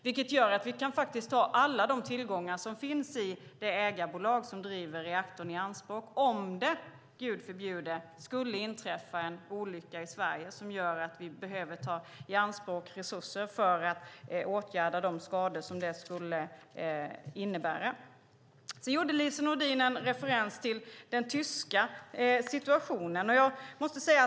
Det gör att vi kan ta alla de tillgångar som finns i det ägarbolag som driver reaktorn i anspråk om det, Gud förbjude, skulle inträffa en olycka i Sverige som gör att vi behöver ta resurser i anspråk för att åtgärda de skador som det skulle innebära. Sedan refererade Lise Nordin till den tyska situationen.